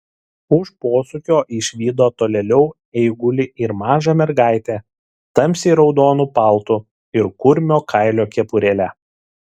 už posūkio išvydo tolėliau eigulį ir mažą mergaitę tamsiai raudonu paltu ir kurmio kailio kepurėle